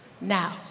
now